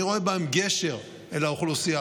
אני רואה בהם גשר אל האוכלוסייה.